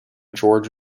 george